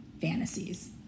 fantasies